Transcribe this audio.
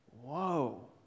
Whoa